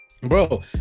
Bro